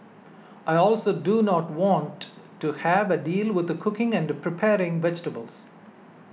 I also do not want to have a deal with cooking and preparing vegetables